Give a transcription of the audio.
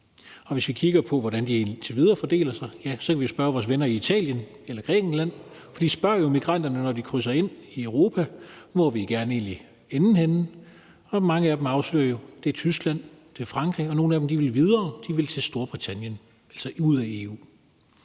og hvis vi kigger på, hvordan de indtil videre fordeler sig, så kan vi jo spørge vores venner i Italien eller Grækenland. For de spørger jo migranterne, når de kommer ind i Europa, hvor de egentlig gerne vil ende henne, og mange af dem afslører jo, at det er Tyskland, og at det er Frankrig, og nogle af dem vil gerne videre til Storbritannien og altså ud af EU.